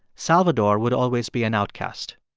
salvador would always be an outcast.